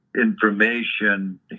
information